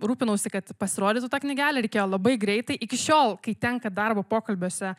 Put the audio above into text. rūpinausi kad pasirodytų ta knygelė reikėjo labai greitai iki šiol kai tenka darbo pokalbiuose